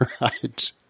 right